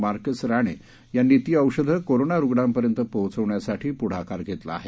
Marcus Rane यांनी ती औषधे कोरोना रुग्णांपर्यंत पोहचवण्यासाठी पुढाकार घेतला आहे